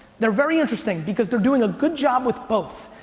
they're very interesting because they're doing a good job with both.